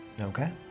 Okay